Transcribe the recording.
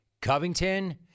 Covington